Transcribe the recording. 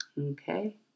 Okay